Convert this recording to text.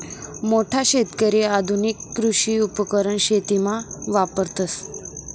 मोठा शेतकरी आधुनिक कृषी उपकरण शेतीमा वापरतस